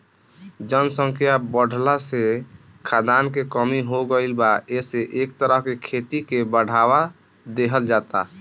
जनसंख्या बाढ़ला से खाद्यान के कमी हो गईल बा एसे एह तरह के खेती के बढ़ावा देहल जाता